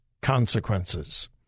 consequences